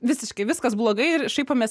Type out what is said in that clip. visiškai viskas blogai ir šaipomės